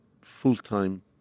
full-time